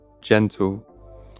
Gentle